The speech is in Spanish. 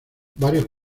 varios